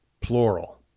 plural